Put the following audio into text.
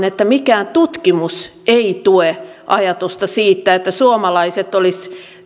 että mikään tutkimus ei tue ajatusta siitä että suomalaiset olisivat